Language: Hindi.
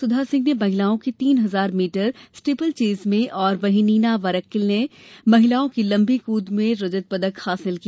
सुधा सिंह ने महिलाओं की तीन हजार मीटर स्टीपल चेज में और वहीं नीना वराक्विल ने महिलाओं की लंबी कृद में रजत पदक हासिल किया